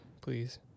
please